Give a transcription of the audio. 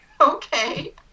Okay